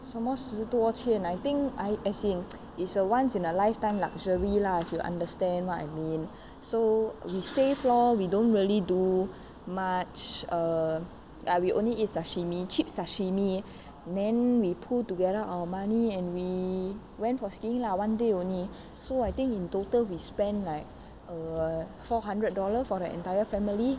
什么十多千 I think I as in is a once in a lifetime luxury lah if you understand what I mean so we save lor we don't really do much err ya we only eat sashimi cheap sashimi then we pool together our money and we went for skiing lah one day only so I think in total we spend like err four hundred dollar for the entire family